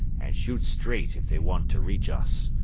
and shoot straight if they want to reach us.